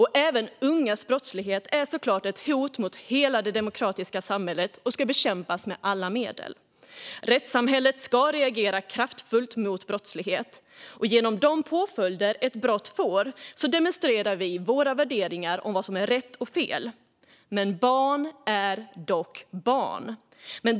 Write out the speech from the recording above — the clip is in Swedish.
Även ungas brottslighet är såklart ett hot mot hela det demokratiska samhället och ska bekämpas med alla medel. Rättssamhället ska reagera kraftfullt mot brottslighet. Genom de påföljder ett brott får demonstrerar vi våra värderingar och vad som är rätt och fel. Men barn är barn.